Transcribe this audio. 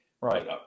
right